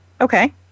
Okay